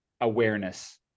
awareness